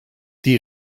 die